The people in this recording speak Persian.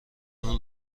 اون